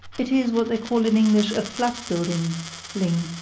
it is what they call in english a flat building ling,